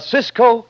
Cisco